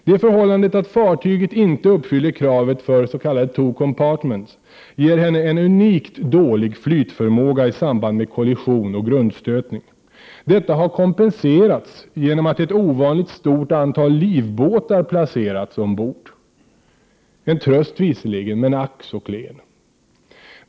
Det förhållandet att fartyget inte uppfyller kravet för s.k. two compartments ger henne en unikt dålig flytförmåga i samband med kollision och grundstötning. Detta har kompenserats genom att ett ovanligt stort antal livbåtar placerats ombord. En tröst visserligen, men ack så klen.